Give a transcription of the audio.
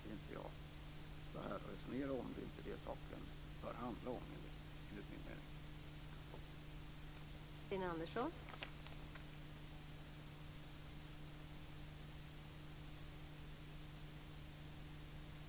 Det är, enligt min mening, inte det saken bör handla om.